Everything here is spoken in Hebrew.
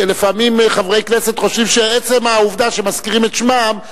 לפעמים חברי כנסת חושבים שעצם העובדה שמזכירים את שמם,